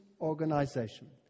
Organization